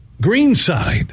Greenside